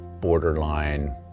borderline